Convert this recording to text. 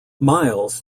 miles